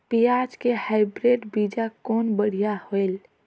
पियाज के हाईब्रिड बीजा कौन बढ़िया हवय?